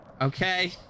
okay